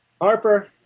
Harper